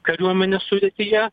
kariuomenės sudėtyje